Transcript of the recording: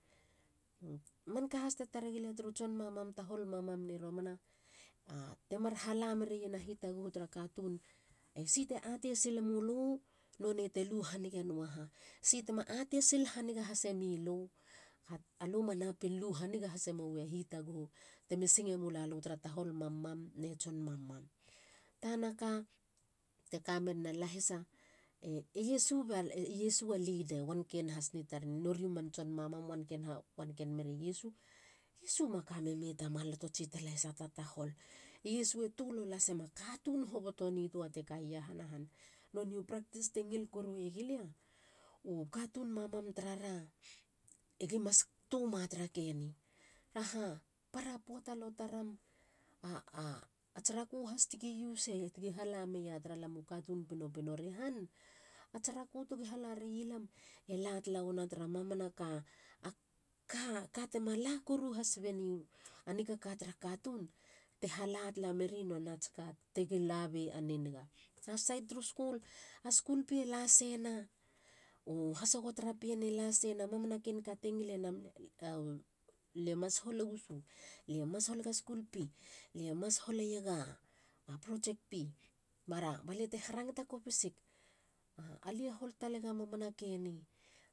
Manka has te taregilia turu tson mamam no tahol mamam ni romana. a temar hala merien a hitaguhu tara katun. esi te atei silemulu. nonei te lu hanige no a ha. si tema atei sil haniga hasemilu. alu manapin lu haniga hase mowi a hitaguhu temi singemula lu tara tahol mamam na tson mamam. Tanaka. te kamenen a lahisa. e iesu ba iesu a leader e wanken hasne taren. nori a man tson mamam e wanken mere iesu. iesu makameme ta lahisa ta tahol. e iese e tulo lasema katun hoboto nitua te ka ie iahana han. Nonei u practice te ngil korueiegilia. u katun mamam tarara egi mas tu ma tara ke ni. saha para poata te taram ats raku has tegi use i tegi hala meia tamlam u katun pinopino ri han. ats raku tegi halarei lam. ela talawena tara mamanaka. aka tema la koru has benei a nikaka tara katun te hala tala meri nonats ka tegi labe a niniga. tara sait turu skul. u skul fee e lasema. u hasogo tara pien e laseina. na mamana ken ka te ngile namen i taun. lie mas holegu shoe. lie mas holega skul fee. lie mas holeiega project fee. Bara. baliate harangata kopisig. alie hol talega mamana keni?